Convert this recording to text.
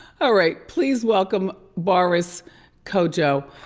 all right, please welcome boris kodjoe.